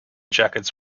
jackets